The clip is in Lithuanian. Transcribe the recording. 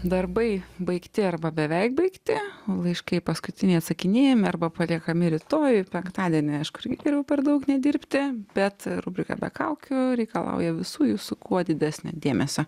darbai baigti arba beveik baigti laiškai paskutiniai atsakinėjami arba paliekami rytojui penktadienį aišku irigi geriau per daug nedirbti bet rubrika be kaukių reikalauja visų jūsų kuo didesnio dėmesio